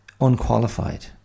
unqualified